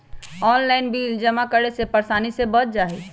Online bill जमा करे से परेशानी से बच जाहई?